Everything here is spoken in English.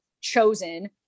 chosen